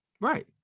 Right